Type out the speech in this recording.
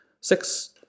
Six